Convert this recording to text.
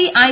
E I